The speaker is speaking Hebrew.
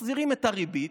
הן מחזירות את הריבית,